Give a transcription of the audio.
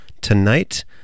tonight